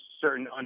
certain